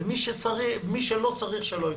ומי שלא צריך שלא יקבל.